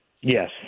Yes